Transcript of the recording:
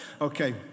Okay